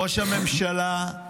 ראש הממשלה,